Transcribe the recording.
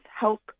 help